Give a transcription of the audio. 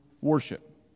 worship